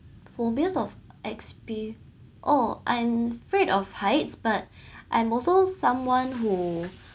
phobias of expe~ oh I'm afraid of heights but I'm also someone who